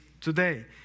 today